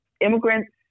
immigrants